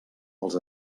els